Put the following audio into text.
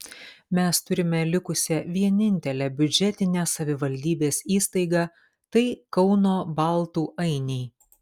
mes turime likusią vienintelę biudžetinę savivaldybės įstaigą tai kauno baltų ainiai